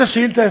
את השאילתה,